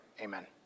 Amen